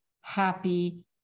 happy